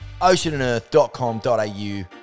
OceanandEarth.com.au